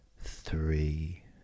Three